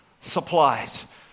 supplies